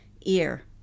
ear